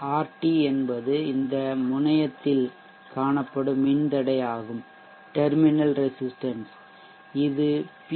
RT என்பது இந்த முனையத்தில் காணப்படும் மின்தடை ஆகும் இது பி